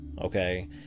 okay